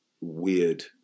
weird